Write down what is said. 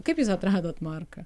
kaip jūs atradote marką